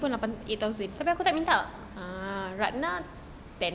tapi aku minta